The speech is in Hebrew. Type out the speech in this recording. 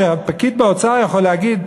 והפקיד באוצר יכול לומר,